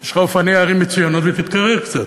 יש לך אופני הרים מצוינים, ותתקרר קצת.